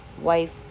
wife